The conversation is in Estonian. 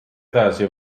edasi